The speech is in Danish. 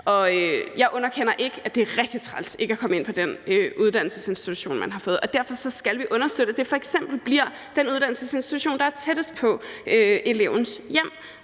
Jeg underkender ikke, at det er rigtig træls ikke at komme ind på den uddannelsesinstitution, man har ønsket, og derfor skal vi understøtte, at det f.eks. bliver den uddannelsesinstitution, der er tættest på elevens hjem,